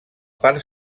part